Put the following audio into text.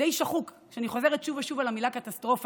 די שחוק שאני חוזרת שוב ושוב על המילה "קטסטרופה",